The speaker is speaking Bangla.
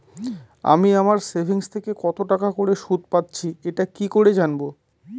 আমি আমার সেভিংস থেকে কতটাকা করে সুদ পাচ্ছি এটা কি করে জানব?